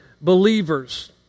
believers